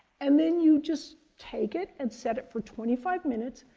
and then you just take it and set it for twenty five minutes,